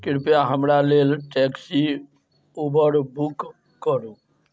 कृपया हमरा लेल टैक्सी उबर बुक करू